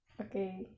okay